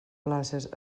places